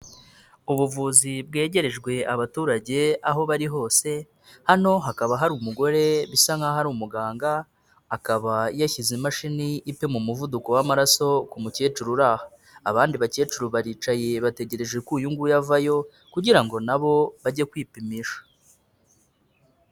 Ubuvuzi bwegerejwe abaturage aho bari hose, hano hakaba hari umugore bisa nk'aho ari umuganga, akaba yashyize imashini ipima umuvuduko w'amaraso ku mukecuru uri aha, abandi bakecuru baricaye bategereje ko uyu nguyu avayo kugira ngo nabo bajye kwipimisha.